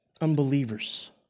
unbelievers